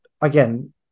again